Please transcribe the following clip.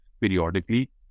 periodically